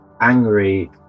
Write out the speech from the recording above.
angry